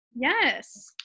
Yes